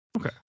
Okay